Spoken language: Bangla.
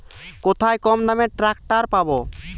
কোথায় কমদামে ট্রাকটার পাব?